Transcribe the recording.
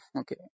okay